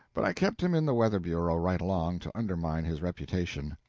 but i kept him in the weather bureau right along, to undermine his reputation.